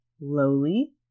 lowly